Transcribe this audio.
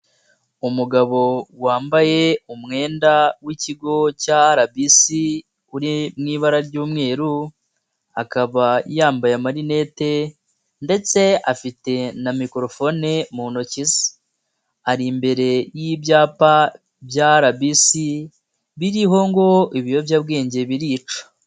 Umugabo wambaye umwenda w'ikigo cya RBC uri mu ibara ry'umweru, akaba yambaye amalinete ndetse afite na mikorofone mu ntoki ze, ari imbere y'ibyapa bya RBC biriho ngo: "Ibiyobyabwenge birica".